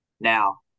now